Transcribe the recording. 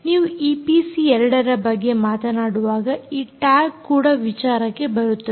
ನೀವು ಈಪಿಸಿ 2 ರ ಬಗ್ಗೆ ಮಾತನಾಡುವಾಗ ಈ ಟ್ಯಾಗ್ ಕೂಡ ವಿಚಾರಕ್ಕೆ ಬರುತ್ತದೆ